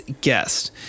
guest